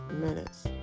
minutes